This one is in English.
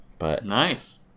Nice